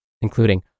including